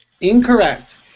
Incorrect